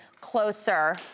closer